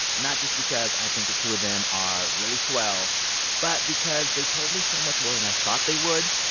not just because i think the two of them are really swell but because they told me so much more than i thought they would.